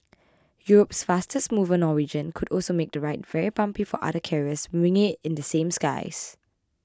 Europe's fastest mover Norwegian could also make the ride very bumpy for other carriers winging it in the same skies